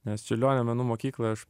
nes čiurlionio menų mokyklą aš